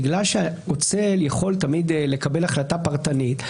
בגלל שהאוצל יכול תמיד לקבל החלטה פרטנית,